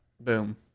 boom